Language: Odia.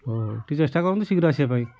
ହଉ ଟିକେ ଚେଷ୍ଟା କରନ୍ତୁ ଶୀଘ୍ର ଆସିବା ପାଇଁ